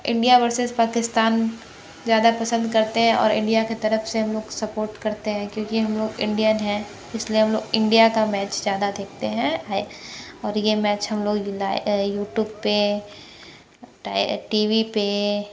India versus Pakistan ज़्यादा पसंद करते हैं और इंडिया के तरफ़ से हम लोग सपोर्ट करते हैं क्योंकि हम लोग इंडियन हैं इसलिए हम लोग इंडिया का मैच ज़्यादा देखते हैं है और यह मैच हम लोग लाइव यूट्यूब पर टी वी पर